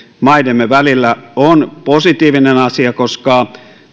maidemme välillä on positiivinen asia koska